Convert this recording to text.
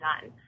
done